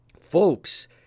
Folks